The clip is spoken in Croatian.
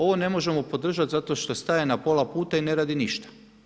Ovo ne možemo podržati zato što staje na pola puta i ne radi ništa.